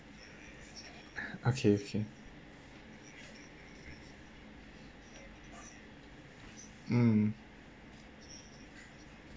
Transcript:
okay okay mm